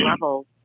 levels